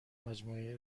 مجموعه